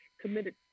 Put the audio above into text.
committed